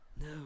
No